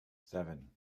seven